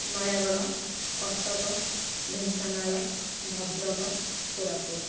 Nayagarh Cuttack Dhenkanal Bhadrak Koraput